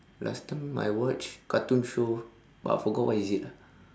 last time I watched cartoon show but I forgot what is it ah